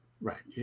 Right